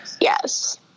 Yes